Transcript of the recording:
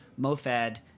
Mofad